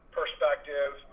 perspective